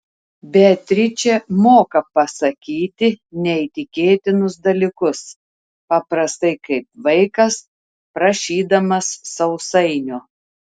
beatričė moka pasakyti neįtikėtinus dalykus paprastai kaip vaikas prašydamas sausainio